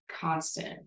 constant